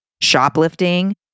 shoplifting